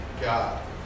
God